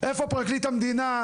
איפה פרקליט המדינה?